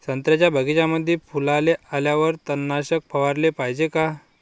संत्र्याच्या बगीच्यामंदी फुलाले आल्यावर तननाशक फवाराले पायजे का?